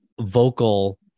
vocal